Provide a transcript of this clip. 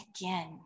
again